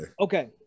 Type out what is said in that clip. Okay